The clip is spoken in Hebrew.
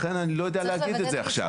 לכן אני לא יודע להגיד את זה עכשיו.